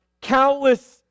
countless